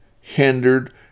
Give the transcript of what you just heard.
hindered